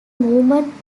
movement